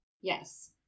Yes